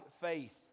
faith